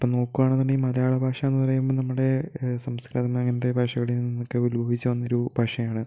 ഇപ്പം നോക്കുകയാണെന്നുണ്ടെങ്കിൽ മലയാള ഭാഷയെന്ന് പറയുമ്പോൾ നമ്മുടെ സംസ്കൃതം അങ്ങനത്തെ ഭാഷകളിൽ നിന്നൊക്കെ ഉത്ഭവിച്ച് വന്നൊരു ഭാഷയാണ്